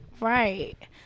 Right